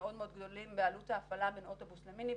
מאוד גדולים בעלות ההפעלה בין אוטובוס למיניבוס,